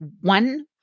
one